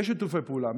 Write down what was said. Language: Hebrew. יש שיתופי פעולה.